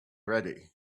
ready